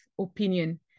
opinion